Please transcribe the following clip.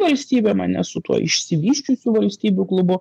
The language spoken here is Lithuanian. valstybėm ane su tuo išsivysčiusių valstybių klubu